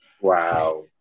wow